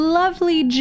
lovely